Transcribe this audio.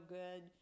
good